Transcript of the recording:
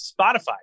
spotify